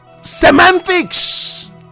Semantics